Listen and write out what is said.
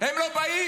הם לא באים,